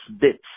bits